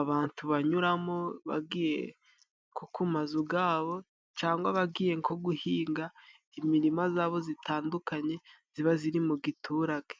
abatu banyuramo bagiye nko ku mazu yabo cyangwa se bagiye nko guhinga. Imirima zabo zitandukanye ziba ziri mu giturage.